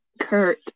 Kurt